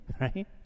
right